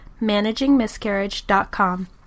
ManagingMiscarriage.com